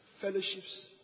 fellowships